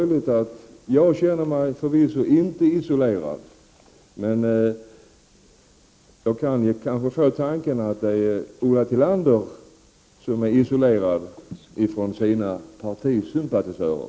Jag känner mig inte isolerad, men jag kan få intrycket att Ulla Tillander är isolerad från sina partisympatisörer.